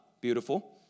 beautiful